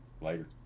Later